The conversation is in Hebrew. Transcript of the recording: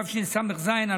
התשס"ז 2007,